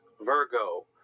Virgo